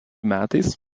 metais